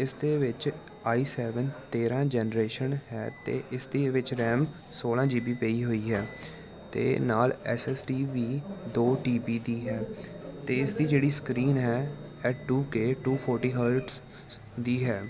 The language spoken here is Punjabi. ਇਸਦੇ ਵਿੱਚ ਆਈ ਸੈਵੇਨ ਤੇਰਾਂ ਜਨਰੇਸ਼ਨ ਹੈ ਅਤੇ ਇਸ ਦੇ ਵਿੱਚ ਰੈਮ ਸੋਲਾਂ ਜੀ ਬੀ ਪਈ ਹੋਈ ਹੈ ਅਤੇ ਨਾਲ ਐਸ ਐਸ ਡੀ ਵੀ ਦੋ ਟੀ ਬੀ ਦੀ ਹੈ ਅਤੇ ਇਸ ਦੀ ਜਿਹੜੀ ਸਕਰੀਨ ਹੈ ਇਹ two K two forty hertz ਦੀ ਹੈ